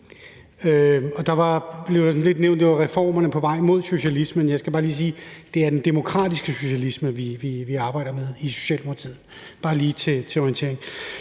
der blev sådan lidt nævnt, at det var reformer på vejen mod socialismen. Jeg skal bare lige sige, at det er den demokratiske socialisme, vi arbejder med i Socialdemokratiet. Det er bare lige til orientering.